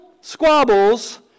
squabbles